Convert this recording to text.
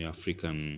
African